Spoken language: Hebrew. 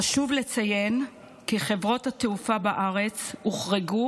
חשוב לציין כי חברות התעופה בארץ הוחרגו